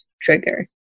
trigger